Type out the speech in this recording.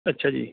ਅੱਛਾ ਜੀ